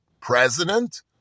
president